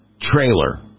trailer